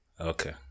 Okay